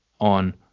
on